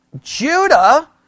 Judah